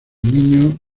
niños